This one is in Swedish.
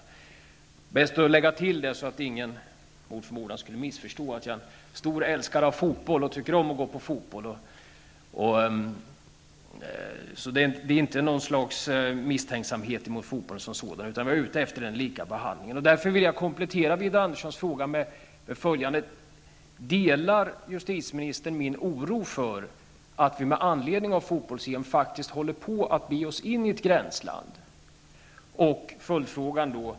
Det är bäst att lägga till att jag är en stor älskare av fotboll och tycker om att gå på fotboll, så det handlar inte om något slags misstänksamhet mot fotbollen som sådan. Vad jag är ute efter är lika behandling. Jag vill komplettera Widar Anderssons fråga: Delar justitieministern min oro för att vi med anledning av fotbolls-EM håller på att bege oss in i ett gränsland?